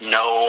no